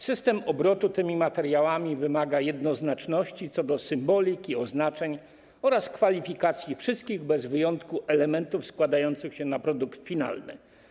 System obrotu tymi materiałami wymaga jednoznaczności co do symboliki, oznaczeń oraz kwalifikacji wszystkich bez wyjątku elementów składających się na produkt finalny.